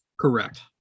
Correct